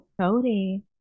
Cody